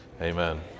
amen